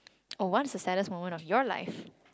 oh what is the saddest moment of your life